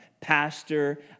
pastor